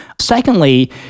Secondly